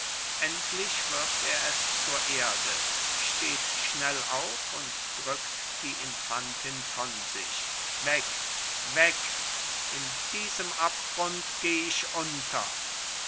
endlich wirft er es zur erde steht schnell auf und drückt die infantin von sich weg weg in diesem abgrund geh ich unter